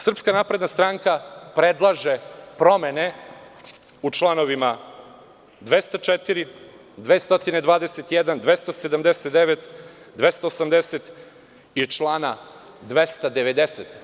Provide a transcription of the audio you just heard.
Srpska napredna stranka predlaže promene u čl. 204, 221, 279, 280. i člana 290.